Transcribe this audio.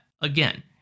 Again